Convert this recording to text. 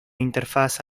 interfaz